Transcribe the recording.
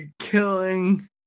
killing